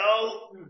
no